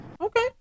Okay